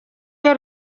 iyo